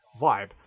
vibe